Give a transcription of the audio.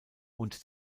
und